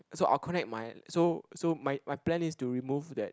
so I'll connect my so so my my plan is to remove that